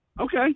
Okay